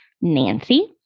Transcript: Nancy